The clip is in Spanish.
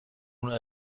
una